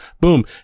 boom